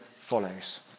follows